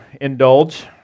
indulge